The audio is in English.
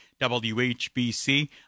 WHBC